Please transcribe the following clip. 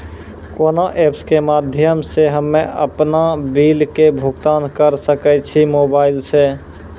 कोना ऐप्स के माध्यम से हम्मे अपन बिल के भुगतान करऽ सके छी मोबाइल से?